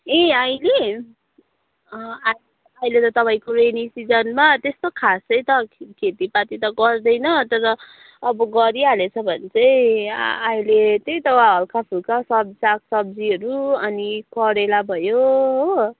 ए अहिले आ अहिले त तपाईँको रेनी सिजनमा त्यस्तो खासै त खेतीपाती त गरिँदैन तर अब गरिहालिएछ भने चाहिँ अहिले त्यही त हो हल्काफुल्का सब सागसब्जीहरू अनि करेला भयो हो